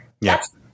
Yes